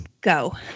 go